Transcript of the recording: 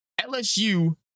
LSU